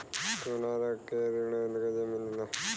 सोना रख के ऋण कैसे मिलेला?